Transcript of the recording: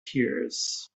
tears